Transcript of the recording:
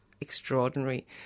extraordinary